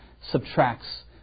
subtracts